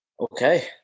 Okay